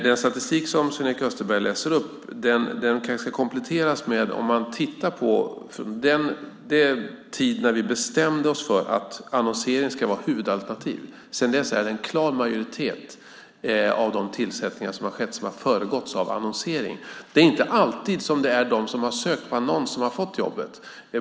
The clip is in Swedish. Den statistik som Sven-Erik Österberg läser upp kan kompletteras med den tid då vi bestämde oss för att annonsering skulle vara huvudalternativ. Sedan dess är det en klar majoritet av de tillsättningar som har skett som har föregåtts av annonsering. Det är inte alltid som det är de som har sökt på annons som har fått jobbet.